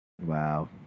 wow